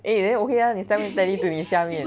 eh then okay 你上面 tally with 下面